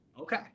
Okay